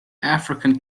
african